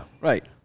Right